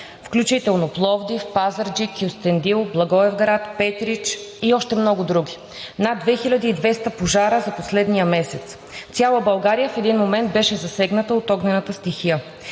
включително в Пловдив, Пазарджик, Кюстендил, Благоевград, Петрич и още много други – над 2200 пожара за последния месец. Цяла България в един момент беше засегната от огнената стихия.